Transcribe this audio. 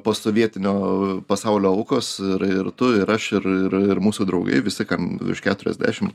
postsovietinio pasaulio aukos ir ir tu ir aš ir ir ir mūsų draugai visi kam virš keturiasdešim